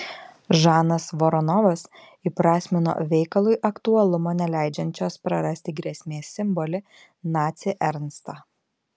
žanas voronovas įprasmino veikalui aktualumo neleidžiančios prarasti grėsmės simbolį nacį ernstą